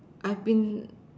I've been